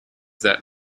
that